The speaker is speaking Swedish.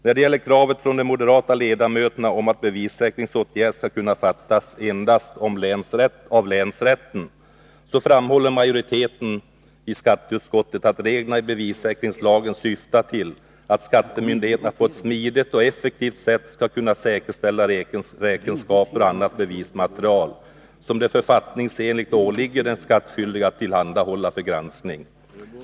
När det gäller kravet från de moderata ledamöterna om att beslut om bevissäkringsåtgärd skall kunna fattas endast av länsrätten, framhåller majoriteten i skatteutskottet att reglerna i bevissäkringslagen syftar till att skattemyndigheterna på ett smidigt och effektivt sätt skall kunna säkerställa räkenskaper och annat bevismaterial, som det författningsenligt åligger den skattskyldige att tillhandahålla för granskning.